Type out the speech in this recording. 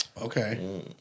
Okay